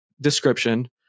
description